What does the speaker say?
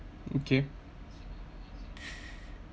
okay